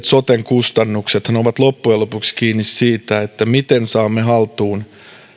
soten todelliset kustannuksethan ovat loppujen lopuksi kiinni siitä miten saamme haltuun